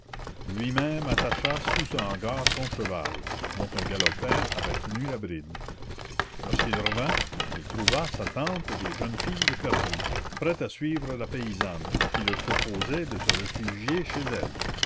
lui-même attacha sous ce hangar son cheval dont un galopin avait tenu la bride lorsqu'il revint il trouva sa tante et les jeunes filles éperdues prêtes à suivre la paysanne qui leur proposait de se réfugier chez elle